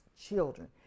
children